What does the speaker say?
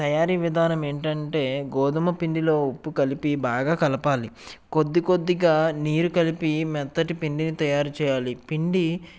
తయారీ విధానం ఏంటి అంటే గోధుమ పిండిలో ఉప్పు కలిపి బాగా కలపాలి కొద్ది కొద్దిగా నీరు కలిపి మెత్తటి పిండిని తయారు చేయాలి పిండి